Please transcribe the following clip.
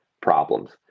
problems